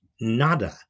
Nada